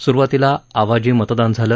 सुरुवातीला आवाजी मतदान झालं